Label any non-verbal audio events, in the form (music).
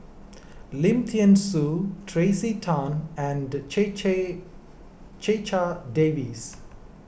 Lim thean Soo Tracey Tan and (unintelligible) Checha Davies